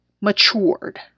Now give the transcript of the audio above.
matured